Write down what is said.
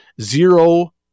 zero